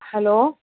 hello